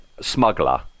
smuggler